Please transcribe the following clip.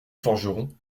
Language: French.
forgeron